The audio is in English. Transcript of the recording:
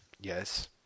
Yes